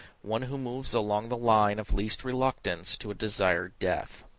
one who moves along the line of least reluctance to a desired death.